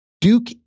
Duke